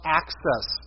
access